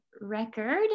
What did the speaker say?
record